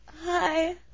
Hi